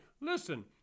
listen